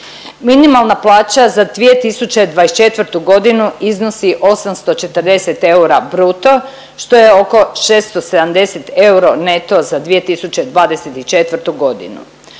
Minimalna plaća za 2024.g. iznosi 840 eura bruto, što je oko 670 eura neto za 2024.g.